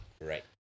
Right